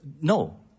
No